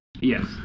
Yes